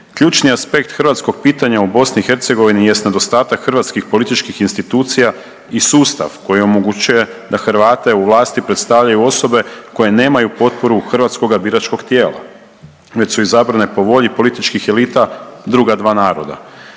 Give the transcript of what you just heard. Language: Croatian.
Ključni aspekt hrvatskog pitanja u BiH jest nedostatak hrvatskih političkih institucija i sustav koji omogućuje da Hrvate u vlasti predstavljaju osobe koje nemaju potporu hrvatskoga biračkog tijela već su izabrane po volji političkih elita druga dva naroda.